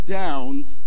downs